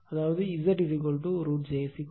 அதாவது z √ j j ½